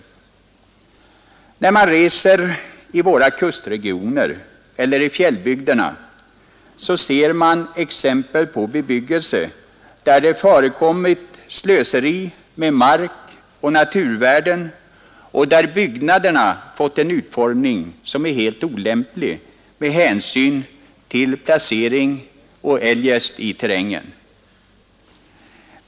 När man reser i våra kustregioner eller i fjällbygderna ser man exempel på bebyggelse där det förekommit slöseri med mark och naturvärden, och där byggnaderna fått en utformning som är helt olämplig med hänsyn till placering i terrängen osv.